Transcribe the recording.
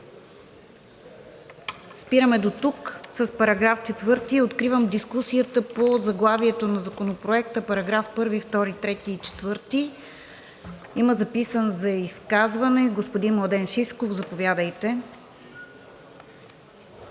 Спираме дотук с § 4. Откривам дискусията по заглавието на Законопроекта и параграфи 1, 2, 3 и 4. Има записан за изказване – господин Младен Шишков. Заповядайте.